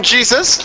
Jesus